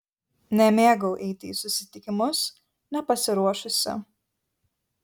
nemėgau eiti į susitikimus nepasiruošusi